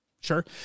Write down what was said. Sure